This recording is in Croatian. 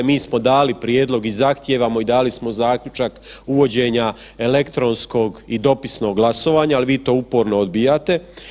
Mi smo dali prijedlog i zahtijevamo i dali smo zaključak uvođenja elektronskog i dopisnog glasovanja, ali vi to uporno odbijate.